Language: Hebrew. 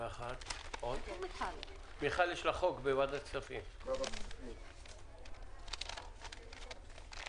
ננעלה בשעה 12:30.